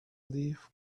leaf